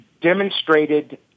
demonstrated